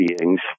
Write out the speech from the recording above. beings